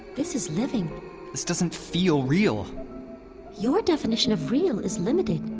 this is living this doesn't feel real your definition of real is limited.